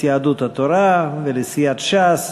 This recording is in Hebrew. מרצ, יהדות התורה ולסיעת ש"ס